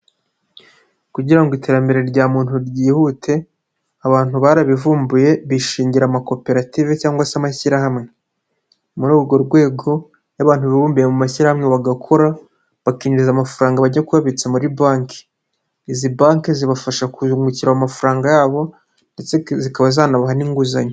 Kugira ngo iterambere rya muntu ryihute, abantu barabivumbuye bishingira amakoperative cyangwa se amashyirahamwe. Muri urwo rwego iyo abantu bibumbiye mu mashyirahamwe bagakora bakinjiza amafaranga, bajya kuyabitsa muri banki. Izi banki zibafasha kuyungukira ayo mafaranga yabo ndetse zikaba zanabaha n'inguzanyo.